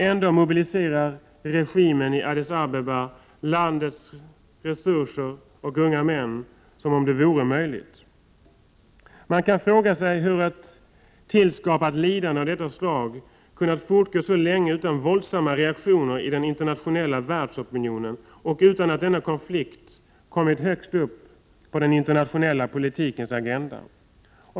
Ändå mobiliserar regimen i Addis Abeba landets resurser och unga män som om det vore möjligt. Man kan fråga sig hur ett tillskapat lidande kunnat fortgå så länge utan våldsamma reaktioner i den internationella världsopinionen och utan att denna konflikt kommit högst upp på den internationella politikens agenda.